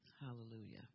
hallelujah